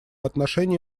отношении